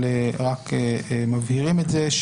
אבל רק מבהירים את זה,